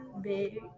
big